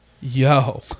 Yo